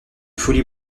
folie